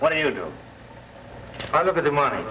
what do you do i look at the money